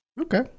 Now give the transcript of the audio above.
Okay